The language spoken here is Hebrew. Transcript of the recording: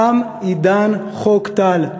תם עידן חוק טל.